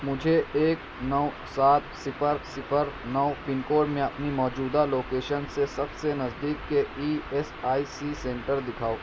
مجھے ایک نو سات صفر صفر نو پن کوڈ میں اپنی موجودہ لوکیشن سے سب سے نزدیک کے E S I C centre دکھاؤ